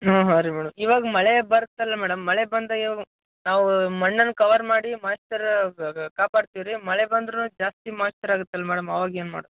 ಹಾಂ ಹಾಂ ರೀ ಮೇಡಮ್ ಇವಾಗ ಮಳೆ ಬರತ್ತಲ್ಲ ಮೇಡಮ್ ಮಳೆ ಬಂದ ಅವಾಗ್ ನಾವು ಮಣ್ಣನ್ನು ಕವರ್ ಮಾಡಿ ಮಾಯ್ಶ್ಚರ್ ಕಾಪಾಡ್ತೀವಿ ರೀ ಮಳೆ ಬಂದ್ರು ಜಾಸ್ತಿ ಮಾಯ್ಶ್ಚರ್ ಆಗತ್ತೆ ಅಲ್ಲಿ ಮೇಡಮ್ ಅವಾಗ ಏನು ಮಾಡೋದ್